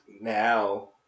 now